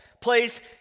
place